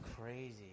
crazy